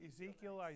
Ezekiel